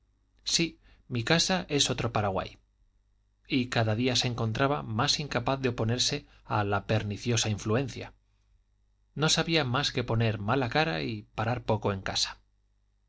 sí mi casa es otro paraguay y cada día se encontraba más incapaz de oponerse a la perniciosa influencia no sabía más que poner mala cara y parar poco en casa